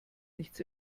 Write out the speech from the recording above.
nichts